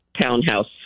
townhouse